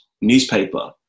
newspaper